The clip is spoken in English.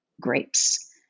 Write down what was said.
grapes